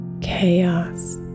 chaos